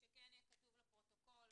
ושכן יהיה כתוב לפרוטוקול,